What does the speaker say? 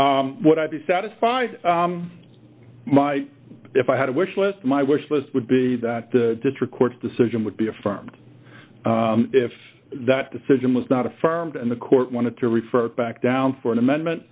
is what i'd be satisfied my if i had a wish list my wish list would be that the district court's decision would be affirmed if that decision was not affirmed and the court wanted to refer back down for an amendment